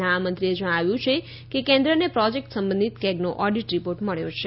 નાણામંત્રીએ જણાવ્યું છે કે કેન્દ્રને પ્રોજેક્ટ સંબંધિત કેગનો ઓડિટ રીપોર્ટ મબ્યો છે